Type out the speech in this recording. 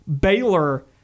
Baylor